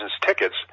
tickets